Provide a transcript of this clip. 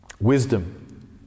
wisdom